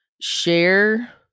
share